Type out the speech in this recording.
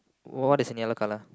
what is in yellow colour